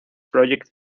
project